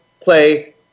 play